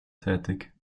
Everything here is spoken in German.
tätig